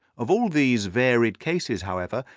of all these varied cases, however,